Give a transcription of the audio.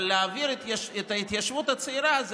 אבל להעביר את ההתיישבות הצעירה,